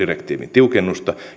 tiukennusta